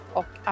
och